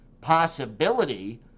possibility